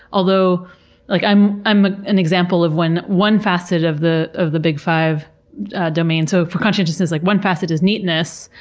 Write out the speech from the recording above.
although like i'm i'm an example of when one facet of the of the big five domain, so for conscientiousness, like one facet is neatness,